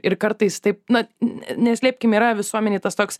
ir kartais taip na neslėpkim yra visuomenėj tas toks